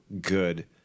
good